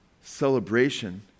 celebration